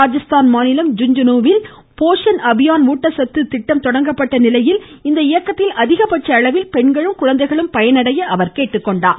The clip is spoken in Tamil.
ராஜஸ்தான் மாநிலம் ஜுன்ஜீனுவில் போஷன் அபியான் ஊட்டச்சத்து திட்டம் தொடங்கப்பட்ட நிலையில் இந்த இயக்கத்தில் அதிகபட்ச அளவில் பெண்களும் குழந்தைகளும் பயனடைய கேட்டுக்கொண்டார்